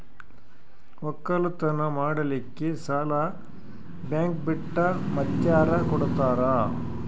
ಒಕ್ಕಲತನ ಮಾಡಲಿಕ್ಕಿ ಸಾಲಾ ಬ್ಯಾಂಕ ಬಿಟ್ಟ ಮಾತ್ಯಾರ ಕೊಡತಾರ?